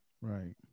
Right